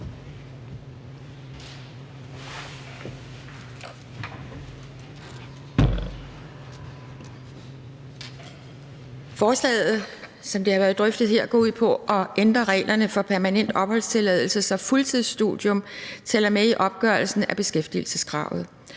Forslaget, som det har været drøftet her, går ud på at ændre reglerne for permanent opholdstilladelse, så fuldtidsstudium tæller med i opgørelsen af beskæftigelseskravet.